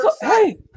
Hey